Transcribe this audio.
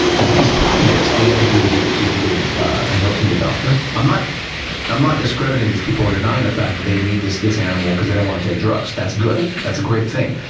the biggest problem is, all you have to do is you have you have to get ah a note from your doctor. i'm not i'm not discrediting these people or denying the fact that they need this this animal because they don't want to take drugs. that's good, that's a great thing.